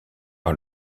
par